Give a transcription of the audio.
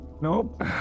Nope